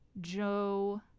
joe